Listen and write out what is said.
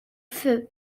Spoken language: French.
feu